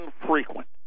infrequent